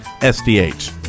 sdh